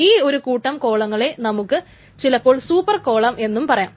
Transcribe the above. ഈ ഒരു കൂട്ടം കോളങ്ങളെ നമുക്ക് ചിലപ്പോൾ സൂപ്പർ കോളം എന്നും പറയാം